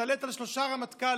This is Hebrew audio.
שהשתלט על שלושה רמטכ"לים,